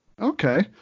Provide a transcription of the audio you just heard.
okay